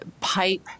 pipe